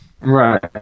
right